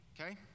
Okay